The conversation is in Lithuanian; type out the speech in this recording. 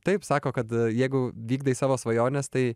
taip sako kad jeigu vykdai savo svajones tai